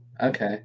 okay